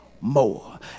more